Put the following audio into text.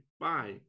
Bye